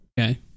Okay